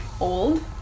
old